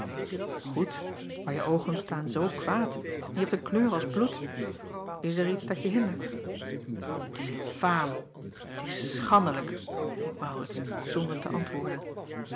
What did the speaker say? oed maar je oogen staan zoo kwaad en je hebt een kleur als bloed s er iets dat je hindert t s infaam t is schandelijk riep aurits zonder te antwoorden